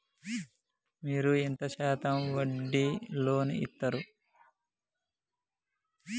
మీరు ఎంత శాతం వడ్డీ లోన్ ఇత్తరు?